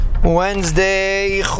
Wednesday